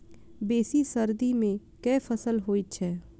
बेसी सर्दी मे केँ फसल होइ छै?